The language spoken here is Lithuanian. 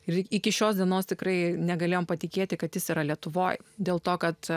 ir iki šios dienos tikrai negalėjome patikėti kad jis yra lietuvoje dėl to kad